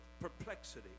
perplexity